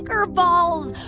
bonkerballs.